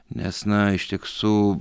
nes na tik su